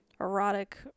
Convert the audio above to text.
erotic